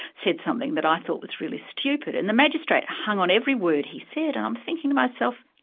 said something that i thought was really stupid, and the magistrate hung on every word he said, and i'm thinking to myself,